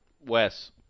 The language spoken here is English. Wes